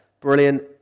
brilliant